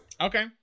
okay